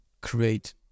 create